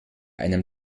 einem